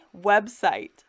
website